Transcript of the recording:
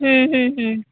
ᱦᱢ ᱦᱢ ᱦᱢ